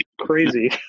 crazy